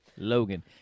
Logan